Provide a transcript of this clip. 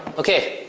okay,